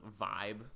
vibe